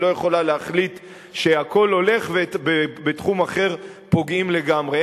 היא לא יכולה להחליט שהכול הולך ובתחום אחר פוגעים לגמרי.